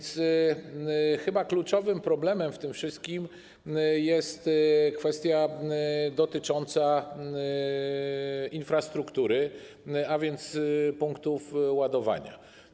Chyba kluczowym problemem w tym wszystkim jest kwestia dotycząca infrastruktury, a więc punktów ładowania.